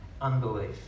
unbelief